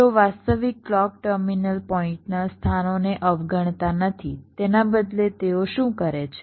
તેઓ વાસ્તવિક clock terminal પોઇન્ટના સ્થાનોને અવગણતા નથી તેના બદલે તેઓ શું કરે છે